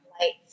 Lights